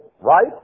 right